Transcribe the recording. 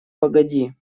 погоди